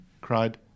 cried